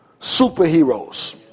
superheroes